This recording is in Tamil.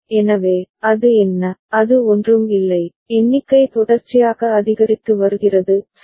எனவே அது என்ன அது ஒன்றும் இல்லை எண்ணிக்கை தொடர்ச்சியாக அதிகரித்து வருகிறது சரி